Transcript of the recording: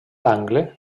angle